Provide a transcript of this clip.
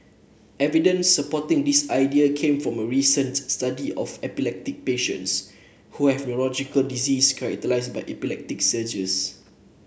evidence supporting this idea came from a recent study of epileptic patients who have neurological disease characterised by epileptic seizures